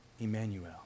Emmanuel